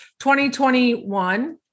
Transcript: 2021